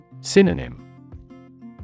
Synonym